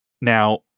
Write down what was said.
Now